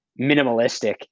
minimalistic